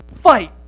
fight